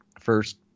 first